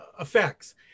effects